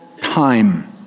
time